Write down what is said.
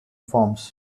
forms